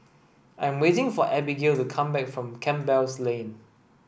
I'm waiting for Abigail to come back from Campbell Lane